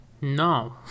No